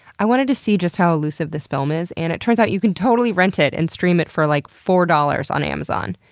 i wanted to see just how elusive this film is and it turns out you can totally rent and stream it for like four dollars on amazon,